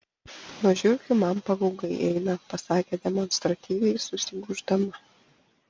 nuo žiurkių man pagaugai eina pasakė demonstratyviai susigūždama